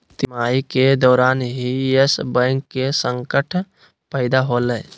तिमाही के दौरान ही यस बैंक के संकट पैदा होलय